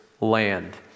land